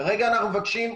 כרגע אנחנו מבקשים,